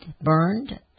burned